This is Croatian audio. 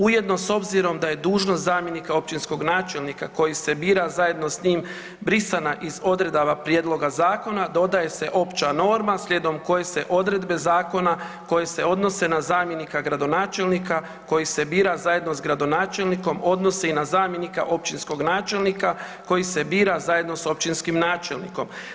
Ujedno s obzirom da je dužnost zamjenika općinskog načelnika koji se bira zajedno s njim brisana iz odredaba prijedloga zakona dodaje se opća norma slijedom koje se odredbe zakona koje se odnose na zamjenika gradonačelnika koji se bira zajedno s gradonačelnikom odnose i na zamjenika općinskog načelnika koji se bira zajedno s općinskim načelnikom.